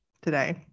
today